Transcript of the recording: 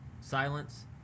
Silence